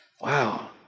Wow